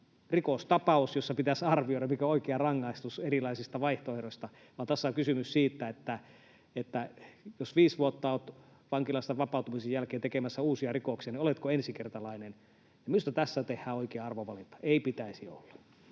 rikostapaus, jossa pitäisi arvioida, mikä on oikea rangaistus erilaisista vaihtoehdoista, vaan tässä on kysymys siitä, että jos viisi vuotta vankilasta vapautumisen jälkeen olet tekemässä uusia rikoksia, niin oletko ensikertalainen. Minusta tässä tehdään oikea arvovalinta: ei pitäisi olla.